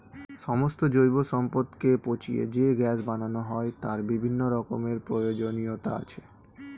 সমস্ত জৈব সম্পদকে পচিয়ে যে গ্যাস বানানো হয় তার বিভিন্ন রকমের প্রয়োজনীয়তা আছে